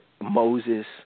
Moses